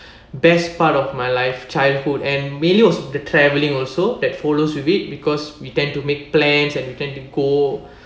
best part of my life childhood and mainly was the traveling also that follows with it because we tend to make plans and we tend to go